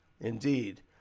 Indeed